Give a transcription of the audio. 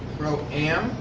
pro am?